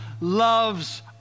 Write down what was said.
loves